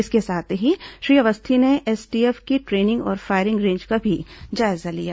इसके साथ ही श्री अवस्थी ने एसटीएफ की ट्रेनिंग और फायरिंग रेंज का भी जायजा लिया